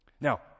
Now